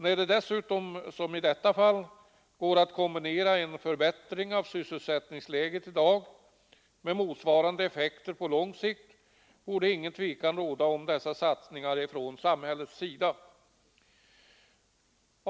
När det dessutom, som i detta fall, är möjligt att kombinera en förbättring av sysselsättningsläget i dag med en motsvarande effekt på lång sikt torde inget tvivel råda om värdet av dessa satsningar från samhällets sida.